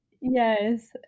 yes